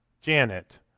Janet